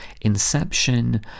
Inception